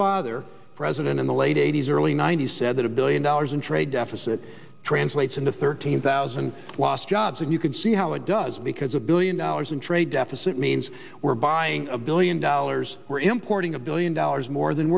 father president in the late eighty's early ninety's said that a billion dollars in trade deficit translates into thirteen thousand lost jobs and you can see how it does because a billion and trade deficit means we're buying a billion dollars we're importing a billion dollars more than